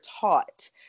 taught